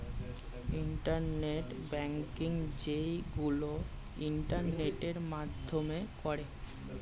internet banking যেইগুলো ইন্টারনেটের মাধ্যমে করে